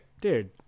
Dude